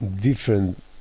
different